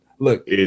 Look